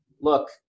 look